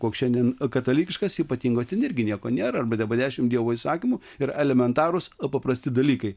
koks šiandien katalikiškas ypatingo ten irgi nieko nėra bet dabar dešimt dievo įsakymų ir elementarūs paprasti dalykai